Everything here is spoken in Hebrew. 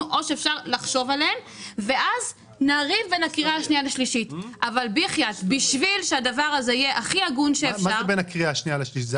או שאפשר לחשוב עליהן ואז נריב בין הקריאה השנייה לשלישית.